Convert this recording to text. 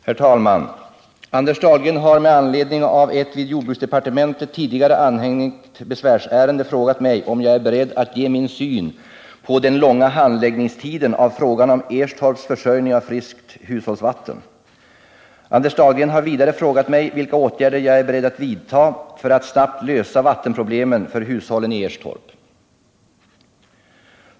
Herr talman! Anders Dahlgren har med anledning av ett vid jordbruksdepartementet tidigare anhängigt besvärsärende frågat mig om jag är beredd att ge min syn på den långa handläggningstiden för frågan om Erstorps försörjning med friskt hushållsvatten. Anders Dahlgren har vidare frågat mig vilka åtgärder jag är beredd att vidta för att snabbt lösa vattenproblemen för hushållen i Erstorp.